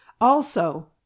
Also